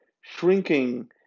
shrinking